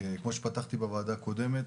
כמו שפתחתי בוועדה הקודמת,